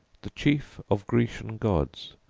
the chief of grecian gods,